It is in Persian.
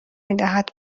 میدهد